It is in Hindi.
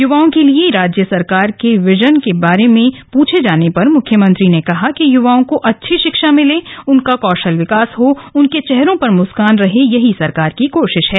युवाओं के लिए राज्य सरकार के विजन के बारे में पृष्ठे जाने पर मुख्यमंत्री ने कहा कि यूवाओं को अच्छी शिक्षा मिले उनका कौशल विकास हो उनके चेहरों पर मुस्कोन रहे यही सरकार की कोशिश है